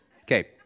Okay